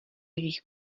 jejich